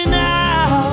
now